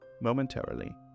momentarily